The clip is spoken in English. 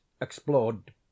explored